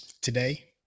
today